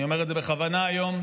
אני אומר את זה בכוונה היום,